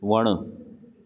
वणु